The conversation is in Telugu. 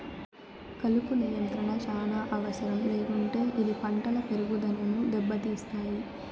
కలుపు నియంత్రణ చానా అవసరం లేకుంటే ఇది పంటల పెరుగుదనను దెబ్బతీస్తాయి